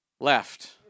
left